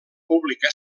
pública